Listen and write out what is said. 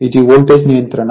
ఇది వోల్టేజ్ నియంత్రణ